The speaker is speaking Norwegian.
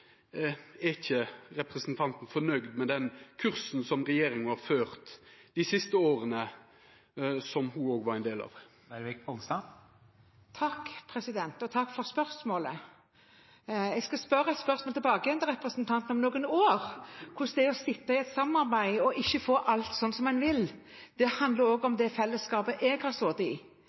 er ikkje representanten fornøgd med den kursen som regjeringa har ført dei siste åra, som ho òg var ein del av? Takk for spørsmålet. Jeg skal stille et spørsmål tilbake igjen til representanten om noen år om hvordan det er å sitte i et samarbeid og ikke få alt slik som en vil. Det handler også om det fellesskapet jeg har sittet i, og jeg går nå til